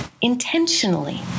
intentionally